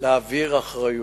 להעביר אחריות.